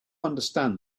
understand